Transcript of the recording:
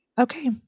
Okay